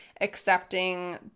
accepting